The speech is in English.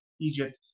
Egypt